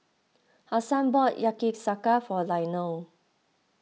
Hasan bought Yakizakana for Leonel